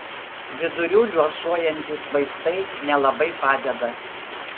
vidurių liuosuojantys vaistai nelabai padeda